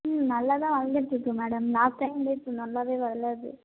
ம் நல்லா தான் வளர்ந்துட்ருக்கு மேடம் லாஸ்ட் டைம் விட இப்போ நல்லாவே வளருது